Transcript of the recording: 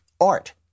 art